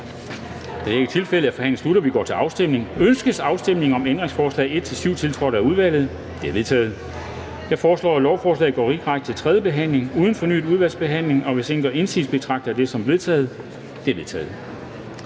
Kl. 13:52 Afstemning Formanden (Henrik Dam Kristensen): Ønskes afstemning om ændringsforslag nr. 1-9, tiltrådt af udvalget? De er vedtaget. Jeg foreslår, at lovforslaget går direkte til tredje behandling uden fornyet udvalgsbehandling, og hvis ingen gør indsigelse, betragter jeg det som vedtaget. Det er vedtaget.